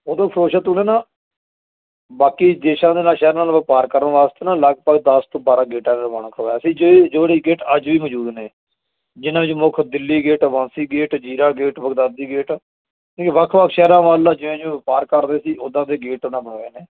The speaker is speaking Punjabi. ਉਦੋਂ ਫਿਰਜ਼ਸ਼ਾਹ ਤੁਗਲਕ ਨਾ ਬਾਕੀ ਦੇਸ਼ਾਂ ਦੇ ਨਾਲ ਸ਼ਹਿਰ ਨਾਲ ਵਪਾਰ ਕਰਨ ਵਾਸਤੇ ਨਾ ਲਗਭਗ ਦਸ ਤੋਂ ਬਾਰਾਂ ਗੇਟਾਂ ਦਾ ਨਿਰਮਾਣ ਕਰਵਾਇਆ ਸੀ ਜੇ ਗੇਟ ਅੱਜ ਵੀ ਮੌਜੂਦ ਨੇ ਜਿਹਨਾਂ ਵਿੱਚ ਮੁੱਖ ਦਿੱਲੀ ਗੇਟ ਵਾਸੀ ਗੇਟ ਜੀਰਾ ਗੇਟ ਬਗਦਾਦੀ ਗੇਟ ਅਤੇ ਵੱਖ ਵੱਖ ਸ਼ਹਿਰਾਂ ਵੱਲ ਜਿਵੇਂ ਜਿਵੇਂ ਵਪਾਰ ਕਰਦੇ ਸੀ ਉੱਦਾਂ ਦੇ ਗੇਟ ਉਹਨਾਂ ਬਣਵਾਏ ਨੇ